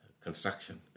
construction